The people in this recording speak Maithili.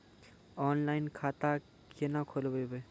ऑनलाइन खाता केना खोलभैबै?